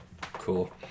Cool